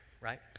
right